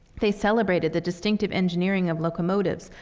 they celebrated the distinctive engineering of locomotives,